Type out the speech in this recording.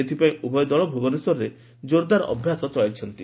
ଏଥପାଇଁ ଉଭୟ ଦଳ ଭୁବନେଶ୍ୱରରେ ଜୋରଦାର ଅଭ୍ୟାସ ଚଳାଇଛନ୍ତି